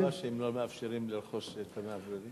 מה הסיבה שהם לא מאפשרים לרכוש את המאווררים?